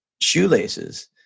shoelaces